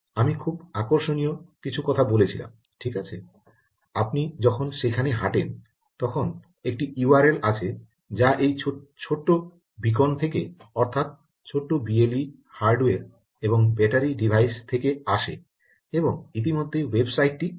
আমি খুব আকর্ষণীয় কিছু কথা বলেছিলাম ঠিক আছে আপনি যখন সেখানে হাঁটেন তখন একটি ইউআরএল আছে যা এই ছোট্ট বীকন থেকে অর্থাৎ ছোট বিএলই হার্ডওয়্যার এবং ব্যাটারি ডিভাইস থেকে আসে এবং ইতিমধ্যেই ওয়েবসাইট টি খোলে